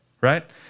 right